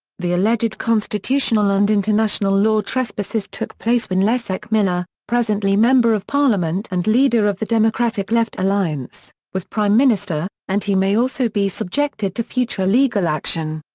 the alleged constitutional and international law trespasses took place when leszek miller, presently member of parliament and leader of the democratic left alliance, was prime minister, and he may also be subjected to future legal action.